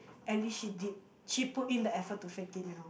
at least she did she put in the effort to fake it you know